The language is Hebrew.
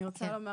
אני רוצה לומר